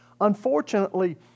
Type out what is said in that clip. Unfortunately